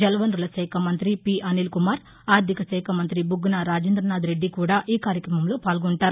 జలవనరుల శాఖ మంత్రి అనిల్ కుమార్ ఆర్దిక శాఖ మంత్రి బుగ్గన రాజేంద్రనాథ్ రెడ్డి కూడా ఈ కార్యక్రమంలో పాల్గొంటారు